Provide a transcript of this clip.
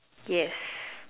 yes